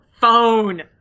phone